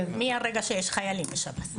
מהרגע שיש חיילים בשב"ס.